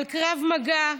על קרב מגע,